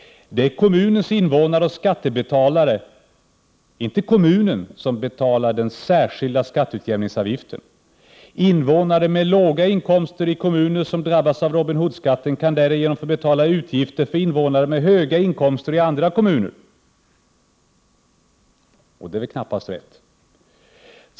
Det är kommunens invånare och skattebetalare, inte kommunen, som betalar den särskilda skatteutjämningsavgiften. Invånare med låga inkomster i kommuner som drabbas av Robin Hood-skatten kan därigenom få betala utgifter för invånare med höga inkomster i andra kommuner, och det är väl knappast rätt.